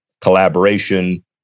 Collaboration